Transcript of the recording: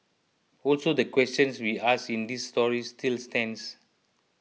also the questions we ask in this story still stands